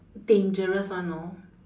dangerous [one] know